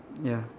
ya